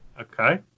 Okay